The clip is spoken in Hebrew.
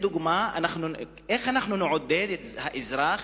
איך אנחנו נעודד את האזרח